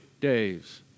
days